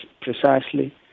precisely